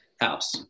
house